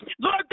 Lord